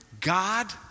God